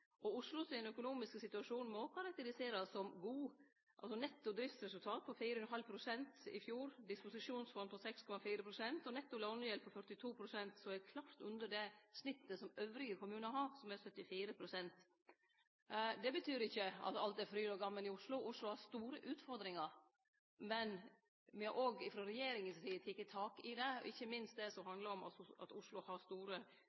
Oslo sin økonomiske situasjon må karakteriserast som god – netto driftsresultat på 4,5 pst. i fjor, disposisjonsfond på 6,4 pst. og netto lånegjeld på 42 pst., som er knapt under det snittet som andre kommunar har, som er 74 pst. Det betyr ikkje at alt er fryd og gaman i Oslo. Oslo har store utfordringar, men me har frå regjeringa si side teke tak i det, ikkje minst det som handlar om at Oslo har store